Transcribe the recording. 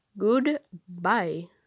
Goodbye